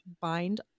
bind